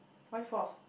why force